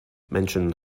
menschen